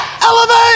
Elevate